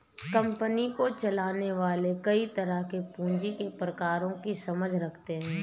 company को चलाने वाले कई तरह के पूँजी के प्रकारों की समझ रखते हैं